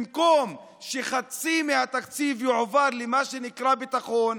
במקום שחצי מהתקציב יועבר למה שנקרא ביטחון,